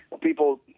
people